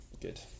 Good